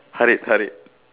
Harid Harid